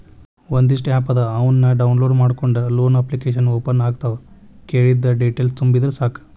ಒಂದಿಷ್ಟ ಆಪ್ ಅದಾವ ಅವನ್ನ ಡೌನ್ಲೋಡ್ ಮಾಡ್ಕೊಂಡ ಲೋನ ಅಪ್ಲಿಕೇಶನ್ ಓಪನ್ ಆಗತಾವ ಕೇಳಿದ್ದ ಡೇಟೇಲ್ಸ್ ತುಂಬಿದರ ಸಾಕ